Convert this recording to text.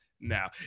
now